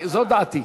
זו דעתי.